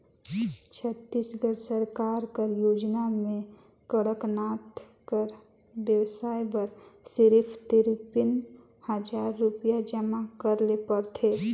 छत्तीसगढ़ सरकार कर योजना में कड़कनाथ कर बेवसाय बर सिरिफ तिरपन हजार रुपिया जमा करे ले परथे